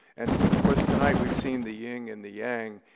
and and of course, tonight we've seen the ying and the yang,